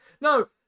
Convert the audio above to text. No